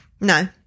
No